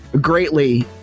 greatly